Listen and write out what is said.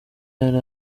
hari